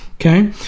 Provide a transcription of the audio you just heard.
okay